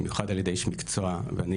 במיוחד על ידי איש מקצוע ואני,